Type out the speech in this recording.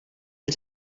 els